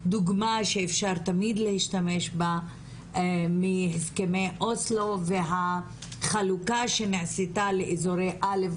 דוגמה שאפשר תמיד להשתמש בה מהסכמי אוסלו והחלוקה שנעשתה לאזורי אל"ף,